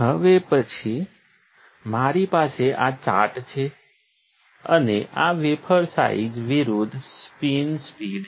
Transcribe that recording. હવે પછી અહીં મારી પાસે આ ચાર્ટ છે અને આ વેફર સાઇઝ વિરુદ્ધ સ્પિન સ્પીડ છે